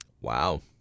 wow